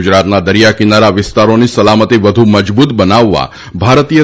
ગુજરાતના દરિયાકિનારા વિસ્તારોની સલામતી વધુ મજબૂત બનાવવા ભારતીય